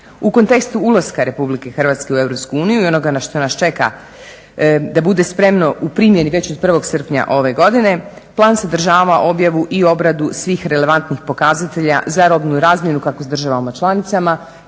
U kontekstu ulaska Republike Hrvatske u Europsku uniju i onoga što nas čeka da bude spremno u primjeni već od 1.srpnja ove godine, plan sadržava objavu i obradu svih relevantnih pokazatelja za robnu razmjenu kako s državama članicama,